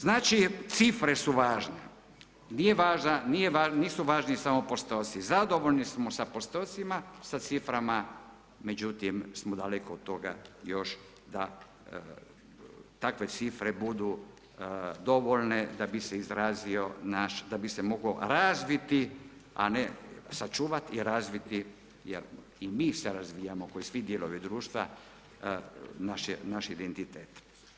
Znači cifre su važne, nisu važni samo postoci, zadovoljni smo sa postocima, sa ciframa, međutim smo daleko od toga još da takve cifre budu dovoljne da bi se izrazio naš, da bi se mogao razviti a ne sačuvati i razviti jer i mi se razvijamo kao i svi dijelovi društva, naš identitet.